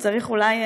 וצריך אולי,